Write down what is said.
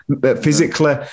physically